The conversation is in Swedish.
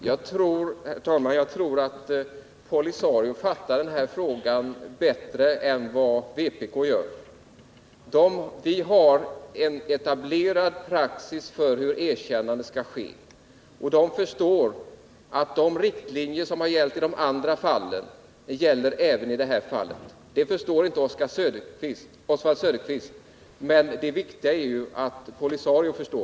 Herr talman! Jag tror att POLISARIO har fattat den här frågan bättre än vad vpk gör. Vi har en etablerad praxis för hur erkännande skall ske. POLISARIO förstår att de riktlinjer som gällt i andra fall måste gälla även i deras fall. Det förstår inte Oswald Söderqvist, men det viktiga är ju att POLISARIO förstår